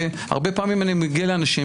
והרבה פעמים אני מגיע לאנשים,